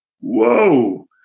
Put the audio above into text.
whoa